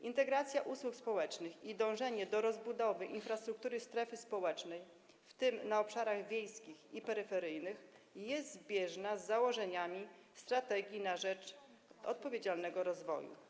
Integracja usług społecznych i dążenie do rozbudowy infrastruktury strefy społecznej, w tym na obszarach wiejskich i peryferyjnych, jest zbieżna z założeniami „Strategii na rzecz odpowiedzialnego rozwoju”